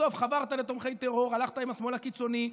בסוף חברת לתומכי טרור, הלכת עם השמאל הקיצוני.